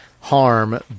harm